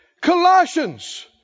Colossians